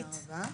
תודה רבה.